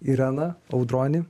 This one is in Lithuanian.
irena audroni